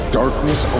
darkness